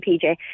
PJ